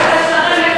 ואחריו,